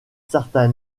certain